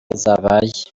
zabaye